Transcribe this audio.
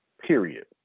period